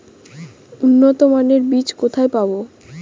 উন্নতমানের বীজ কোথায় পাব?